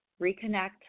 reconnect